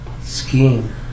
Skiing